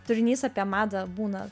turinys apie madą būna